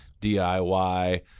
diy